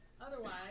Otherwise